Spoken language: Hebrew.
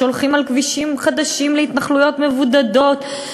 שהולכים על כבישים חדשים להתיישבויות מבודדות,